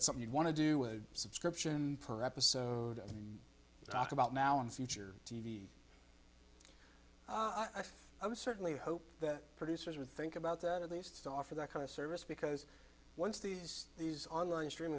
it's something you want to do with subscription per episode and talked about now in future t v i would certainly hope that producers would think about that at least offer that kind of service because once these online stream